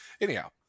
anyhow